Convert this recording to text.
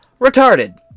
retarded